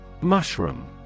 Mushroom